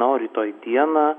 na o rytoj dieną